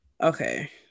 Okay